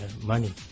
money